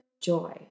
joy